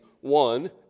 one